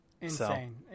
insane